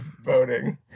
voting